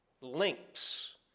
links